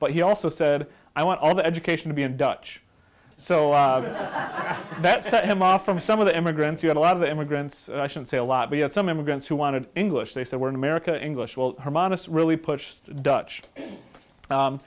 but he also said i want all the education to be in dutch so that set him off from some of the immigrants who had a lot of immigrants i should say a lot but yet some immigrants who wanted english they said were in america english well are modest really pushed dutch